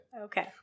Okay